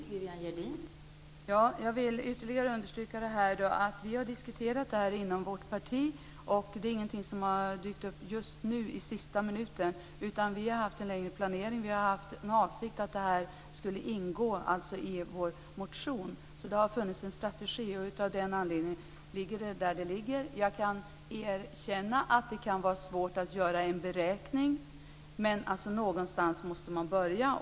Fru talman! Jag vill ytterligare understryka att vi har diskuterat det här inom vårt parti. Det är ingenting som har dykt upp just nu i sista minuten, utan vi har haft en längre planering. Vi har haft avsikten att det här skulle ingå i vår motion, så det har funnits en strategi. Av den anledningen ligger det där det ligger. Jag erkänner att det kan vara svårt att göra en beräkning, men någonstans måste man börja.